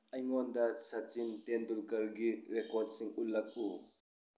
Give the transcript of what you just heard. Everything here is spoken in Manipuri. ꯑꯩꯉꯣꯟꯗ ꯁꯆꯤꯟ ꯇꯦꯟꯗꯨꯜꯀꯔꯒꯤ ꯔꯦꯀꯣꯔꯠꯁꯤꯡ ꯎꯠꯂꯛꯎ